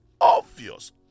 obvious